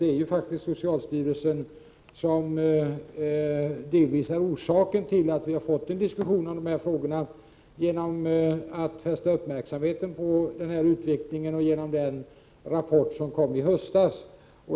Det är ju faktiskt socialstyrelsen som delvis ligger bakom att vi har fått en diskussion om dessa frågor. Socialstyrelsen har fäst uppmärksamheten på utvecklingen och avlämnat en rapport i höstas.